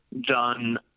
done